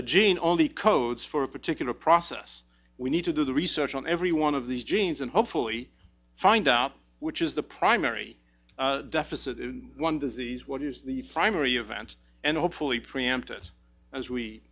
gene all the codes for a particular process we need to do the research on every one of these genes and hopefully find out which is the primary deficit in one disease what is the primary event and hopefully preempt it as we